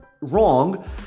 wrong